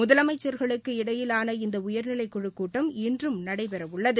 முதலமைச்சர்களுக்கு இடையிலான இந்த உயர்நிலைக்குழுக் கூட்டம் இன்றும் நடைபெற உள்ளது